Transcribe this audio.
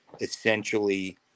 essentially